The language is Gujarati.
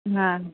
હા